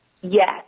Yes